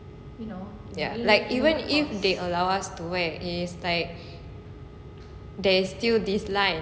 like even if they allow us to wear is like there is still this line